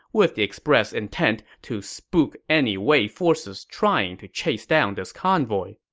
with the expressed intent to spook any wei forces trying to chase down this convoy